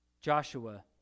Joshua